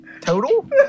total